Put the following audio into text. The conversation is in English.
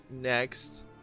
next